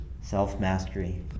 self-mastery